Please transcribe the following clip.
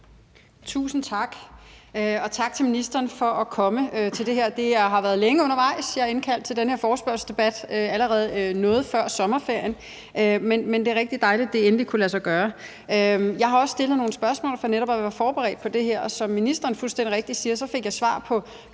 Tusind tak. Og tak til ministeren for at komme til det her. Det har været længe undervejs. Jeg indkaldte til den her forespørgselsdebat allerede noget før sommerferien, men det er rigtig dejligt, at det endelig kunne lade sig gøre. Jeg har også stillet nogle spørgsmål for netop at være forberedt på det her, og som ministeren fuldstændig rigtigt siger, fik jeg et svar,